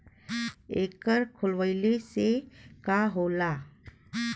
एकर खोलवाइले से का होला?